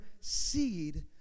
seed